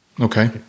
Okay